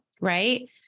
right